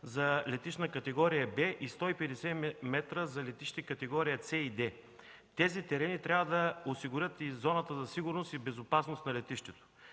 за летищна категория „В“ и 150 м за летище, категория „С“ и „D“. Тези терени трябва да осигурят и зоната за сигурност и безопасност на летището.